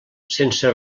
sense